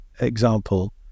example